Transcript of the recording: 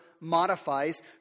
modifies